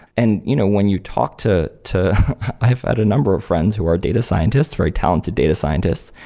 and you know when you talk to to i've had a number of friends who are data scientists, very talented data scientists,